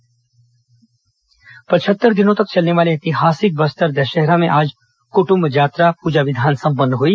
बस्तर दशहरा पचहत्तर दिनों तक चलने वाले ऐतिहासिक बस्तर दषहरा में आज कुटुंब जात्रा पूजा विधान संपन्न हुई